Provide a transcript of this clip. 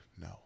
No